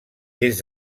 des